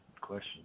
question